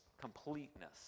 completeness